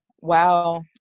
Wow